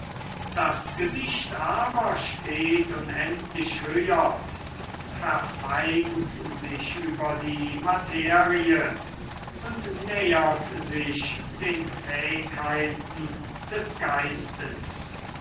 das gesicht aber steht unendlich höher verfeint sich über die materie und nähert sich den fähigkeiten des geistes